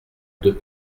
deux